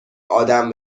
آدم